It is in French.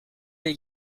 les